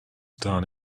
done